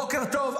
בוקר טוב.